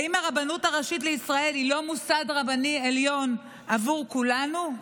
האם הרבנות הראשית לישראל היא לא מוסד רבני עליון עבור כולם?